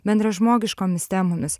bendražmogiškomis temomis